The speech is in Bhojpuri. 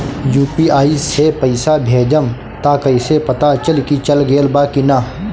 यू.पी.आई से पइसा भेजम त कइसे पता चलि की चल गेल बा की न?